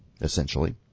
essentially